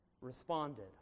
responded